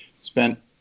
Spent